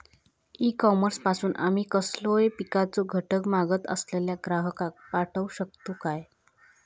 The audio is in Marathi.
ई कॉमर्स पासून आमी कसलोय पिकाचो घटक मागत असलेल्या ग्राहकाक पाठउक शकतू काय?